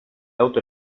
auto